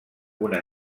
una